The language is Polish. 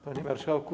Panie Marszałku!